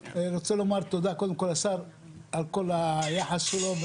אני רוצה לומר תודה קודם כל לשר על כל היחס שלו,